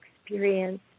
experience